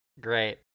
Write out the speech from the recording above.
Great